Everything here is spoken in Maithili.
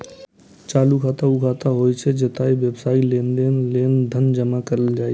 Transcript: चालू खाता ऊ खाता होइ छै, जतय व्यावसायिक लेनदेन लेल धन जमा कैल जाइ छै